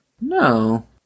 No